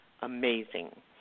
amazing